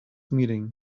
meeting